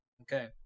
okay